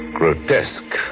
grotesque